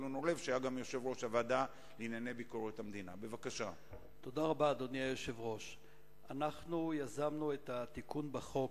שאינם תלויים בהוראות שראש הממשלה היה צריך להתקין,